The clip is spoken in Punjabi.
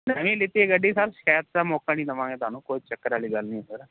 ਨਵੀਂ ਲਿੱਤੀ ਗੱਡੀ ਸਰ ਸ਼ਿਕੈਤ ਦਾ ਮੌਕਾ ਨੀ ਦਵਾਂਗੇ ਤੁਹਾਨੂੰ ਕੋਈ ਚੱਕਰ ਆਲੀ ਗੱਲ ਨੀ ਸਰ